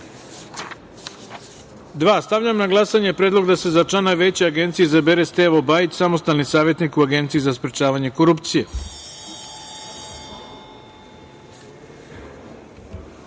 157.Stavljam na glasanje predlog da se za člana Veća Agencije izabere StevoBajić, samostalni savetnik u Agenciji za sprečavanje